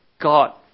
God